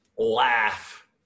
laugh